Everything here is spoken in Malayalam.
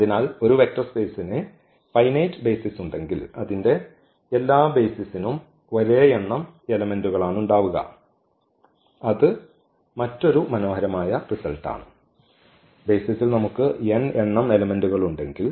അതിനാൽ ഒരു വെക്റ്റർ സ്പെയ്സിന് ഫൈനൈറ് ബെയ്സിസ് ഉണ്ടെങ്കിൽ അതിന്റെ എല്ലാ ബെയ്സിസ്നും ഒരേ എണ്ണം എലെമെന്റുകളാണുണ്ടാവുക അത് മറ്റൊരു മനോഹരമായ റിസൾട്ടാണ് ബെയ്സിസ്ൽ നമുക്ക് n എണ്ണം എലെമെന്റുകളുണ്ടെങ്കിൽ